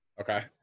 okay